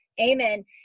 amen